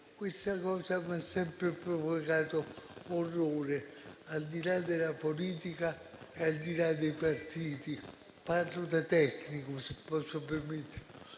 Questa cosa mi ha sempre provocato orrore, al di là della politica, al di là dei partiti. Ora parlo da tecnico. Sui minori,